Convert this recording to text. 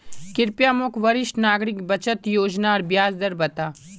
कृप्या मोक वरिष्ठ नागरिक बचत योज्नार ब्याज दर बता